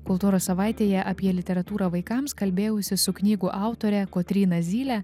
kultūros savaitėje apie literatūrą vaikams kalbėjausi su knygų autore kotryna zyle